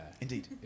indeed